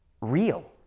real